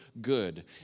good